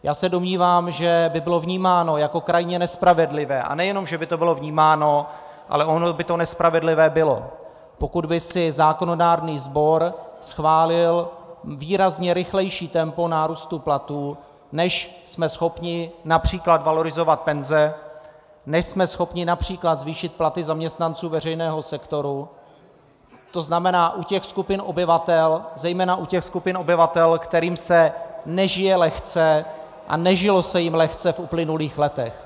Já se domnívám, že by bylo vnímáno jako krajně nespravedlivé, a nejenom že by to bylo vnímáno, ale ono by to nespravedlivé bylo, pokud by si zákonodárný sbor schválil výrazně rychlejší tempo nárůstu platů, než jsme schopni například valorizovat penze, než jsme schopni například zvýšit platy zaměstnanců veřejného sektoru, to znamená u těch skupin obyvatel, kterým se nežije lehce a nežilo se jim lehce v uplynulých letech.